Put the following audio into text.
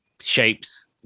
shapes